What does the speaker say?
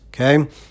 okay